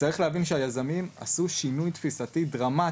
צריך להבין שהיזמים עשו שינוי תפיסתי דרמטי.